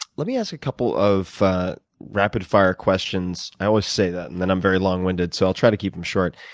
let me ask a couple of rapid-fire questions. i always say that, and then i'm very long-winded, so i'll try to keep them short.